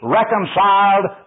reconciled